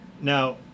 Now